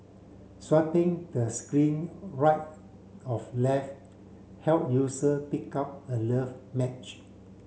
swiping the screen right of left help user pick up a love match